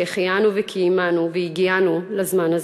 שהחיינו וקיימנו והגיענו לזמן הזה.